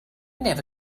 never